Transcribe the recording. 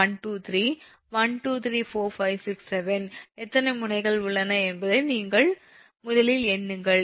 123 1234567 எத்தனை முனைகள் உள்ளன என்பதை நீங்கள் முதலில் எண்ணுங்கள்